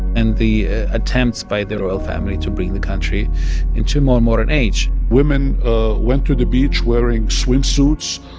and the attempts by the royal family to bring the country into a more and modern age women ah went to the beach wearing swimsuits.